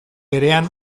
berean